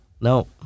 No